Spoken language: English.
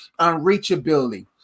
unreachability